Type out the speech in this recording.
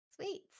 sweet